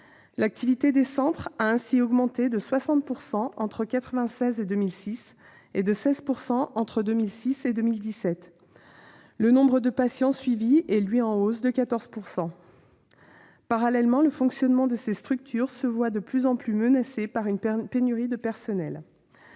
L'activité des centres a ainsi augmenté de 60 % entre 1996 et 2006, et de 16 % entre 2006 et 2017. Le nombre de patients suivis est en hausse de 14 %. Parallèlement, le fonctionnement de ces structures se voit de plus en plus menacé par une pénurie de professionnels